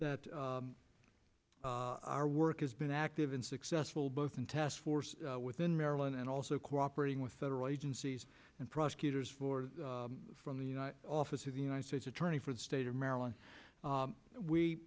in our work has been active in successful both in task force within maryland and also cooperating with federal agencies and prosecutors from the office of the united states attorney for the state of maryland we we